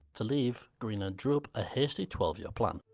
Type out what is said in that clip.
to leave, greenland drew up a hasty twelve year plan.